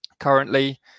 Currently